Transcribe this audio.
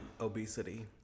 obesity